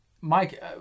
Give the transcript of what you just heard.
Mike